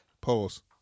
pause